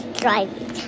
driving